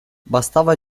bastava